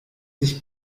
dich